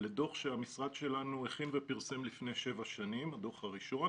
לדוח שהמשרד שלנו הכין ופרסם לפני שבע שנים הדוח הראשון